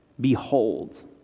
Behold